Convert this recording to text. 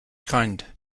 kind